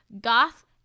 goth